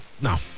no